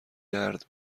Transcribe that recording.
درد